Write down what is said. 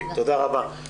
תודה רבה.